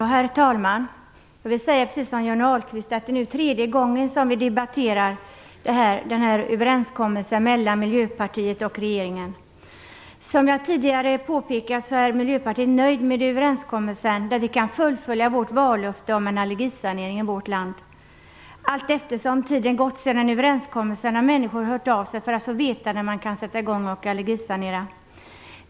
Herr talman! Som Johnny Ahlqvist sade är det nu tredje gången som vi debatterar denna överenskommelse mellan Miljöpartiet och regeringen, Som jag tidigare har påpekat är Miljöpartiet nöjt med överenskommelsen, som gör att vi kan fullfölja vårt vallöfte om en allergisanering i vårt land. Allteftersom tiden gått sedan överenskommelsen träffades har människor hört av sig för att få veta när man kan sätta i gång och allergisanera.